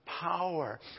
Power